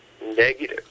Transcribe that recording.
negative